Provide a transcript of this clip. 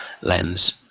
lens